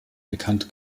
bekannt